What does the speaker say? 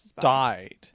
died